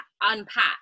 unpack